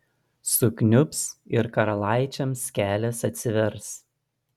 sukniubs ir karalaičiams kelias atsivers